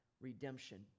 redemption